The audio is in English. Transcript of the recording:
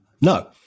No